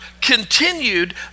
continued